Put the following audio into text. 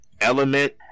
element